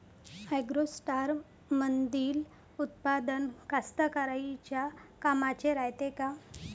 ॲग्रोस्टारमंदील उत्पादन कास्तकाराइच्या कामाचे रायते का?